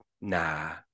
nah